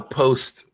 post